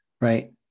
right